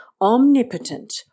omnipotent